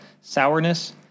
sourness